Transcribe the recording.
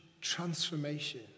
transformation